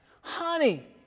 Honey